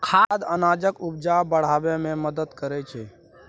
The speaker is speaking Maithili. खाद अनाजक उपजा बढ़ाबै मे मदद करय छै